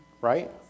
right